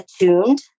attuned